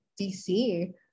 DC